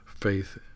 faith